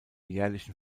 jährlichen